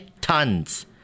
tons